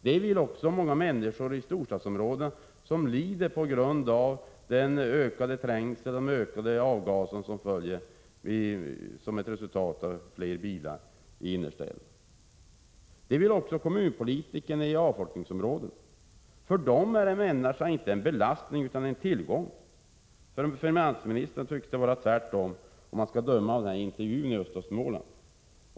Det vill många människor i storstadsområdena som lider av ökad trängsel och ökade bilavgaser i innerstäder. Det vill även kommunalpolitikerna i avfolkningsområdena. För dem är en människa inte en belastning utan en tillgång. För finansministern tycks det vara tvärtom, att döma av intervjun i tidningen Östra Småland.